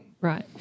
Right